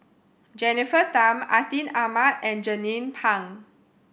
Jennifer Tham Atin Amat and Jernnine Pang